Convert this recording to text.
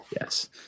Yes